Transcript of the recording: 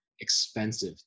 expensive